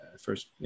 first